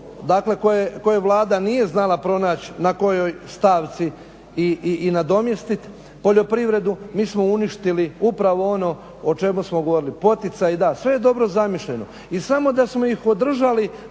dakle koje Vlada nije znala pronaći na kojoj stavci i nadomjestiti poljoprivredu, mi smo uništili upravo ono o čemu smo govorili. Poticaji da, sve je dobro zamišljeno, i samo da smo ih održali